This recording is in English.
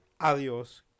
Adios